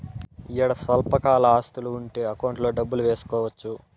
ఈడ స్వల్పకాల ఆస్తులు ఉంటే అకౌంట్లో డబ్బులు వేసుకోవచ్చు